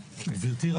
גברתי,